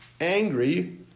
angry